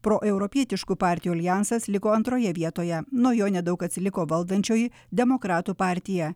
proeuropietiškų partijų aljansas liko antroje vietoje nuo jo nedaug atsiliko valdančioji demokratų partija